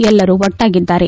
ಎಲ್ಲರು ಒಟ್ಟಾಗಿದ್ದಾರೆ